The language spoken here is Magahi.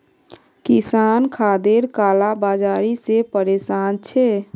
किसान खादेर काला बाजारी से परेशान छे